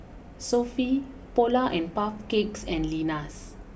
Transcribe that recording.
Sofy Polar and Puff Cakes and Lenas